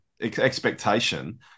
expectation